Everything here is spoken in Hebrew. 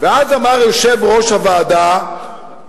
ואז אמר יושב-ראש הוועדה,